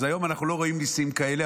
אז היום אנחנו לא רואים ניסים כאלה,